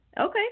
Okay